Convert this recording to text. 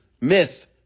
myth